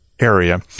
Area